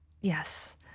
Yes